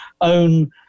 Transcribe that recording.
own